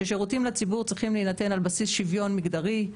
ששירותים לציבור צריכים להינתן על בסיס שוויון מגדרי,